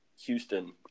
houston